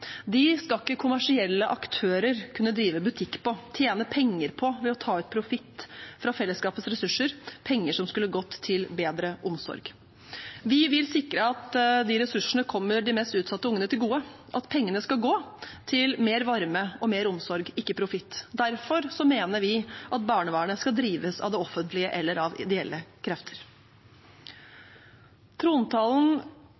mest, skal ikke kommersielle aktører kunne drive butikk og tjene penger på ved å ta ut profitt av fellesskapets ressurser – penger som skulle gått til bedre omsorg. Vi vil sikre at de ressursene kommer de mest utsatte ungene til gode, at pengene skal gå til mer varme og mer omsorg, ikke til profitt. Derfor mener vi at barnevernet skal drives av det offentlige eller av ideelle